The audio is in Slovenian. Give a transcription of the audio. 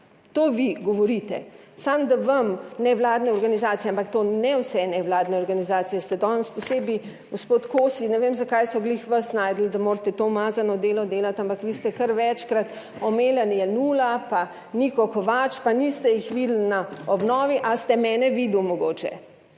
To vi govorite, samo, da vam nevladne organizacije ampak to ne vse nevladne organizacije, ste danes posebej gospod Kosi, ne vem zakaj so "glih" vas našli, da morate to umazano delo delati, ampak vi ste kar večkrat omenjali Janulla(?), pa Niko Kovač, pa niste jih videli na obnovi, ali ste mene videl, mogoče?